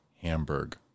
Hamburg